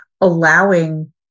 allowing